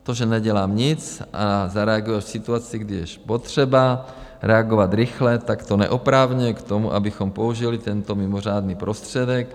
To, že nedělám nic a zareaguji v situaci, kdy je potřeba reagovat rychle, tak to neopravňuje k tomu, abychom použili tento mimořádný prostředek.